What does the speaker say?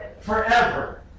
Forever